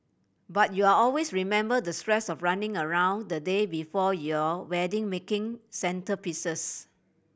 but you are always remember the stress of running around the day before your wedding making centrepieces